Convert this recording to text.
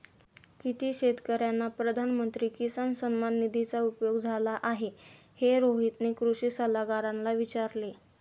किती शेतकर्यांना प्रधानमंत्री किसान सन्मान निधीचा उपयोग झाला आहे, हे रोहितने कृषी सल्लागारांना विचारले